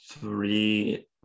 three